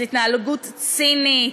זו התנהגות צינית.